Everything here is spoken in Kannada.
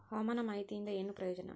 ಹವಾಮಾನ ಮಾಹಿತಿಯಿಂದ ಏನು ಪ್ರಯೋಜನ?